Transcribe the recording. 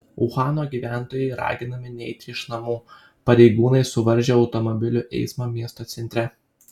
uhano gyventojai raginami neiti iš namų pareigūnai suvaržė automobilių eismą miesto centre